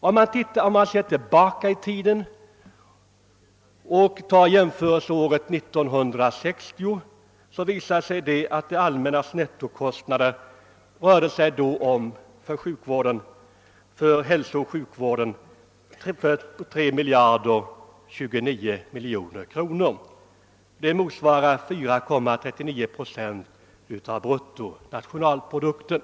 Om man ser tillbaka i tiden visar det sig att det allmännas nettokostnader för hälsooch sjukvården år 1960 uppgick till 3 029 miljoner kronor. Det motsvarar 4,39 procent av bruttonationalprodukten.